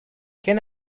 can